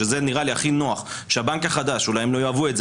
שזה נראה לי הכי נוח אולי הם לא יאהבו את זה